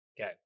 okay